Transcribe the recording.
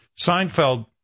Seinfeld